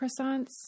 croissants